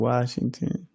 Washington